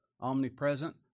omnipresent